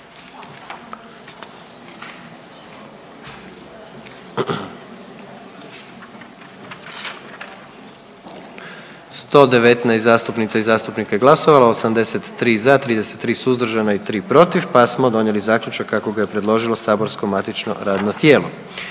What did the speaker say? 144 zastupnica i zastupnika je glasovalo, 76 za, 10 suzdržanih i 29 protiv tako da je donesen zaključak kako su ga predložila saborska radna tijela.